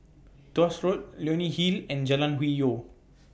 Tuas Road Leonie Hill and Jalan Hwi Yoh